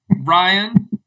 Ryan